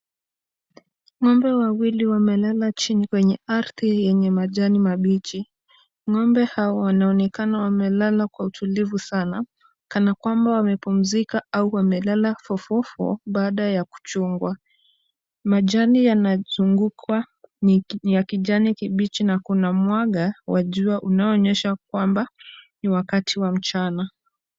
Ng'ombe wawili wamelala chini kwenye ardhi yenye majani mabichi. Ng'ombe hawa wanaonekana wamelala kwa utulivu sana kana kwamba wamepumzika au wamelala fofofo baada ya kuchungwa. Majani yanazungukwa ni ya kijani kibichi na kuna mwanga wa jua unaoonyesha kwamba ni wakati wa mchana.